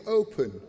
open